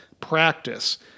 practice